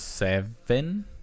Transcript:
Seven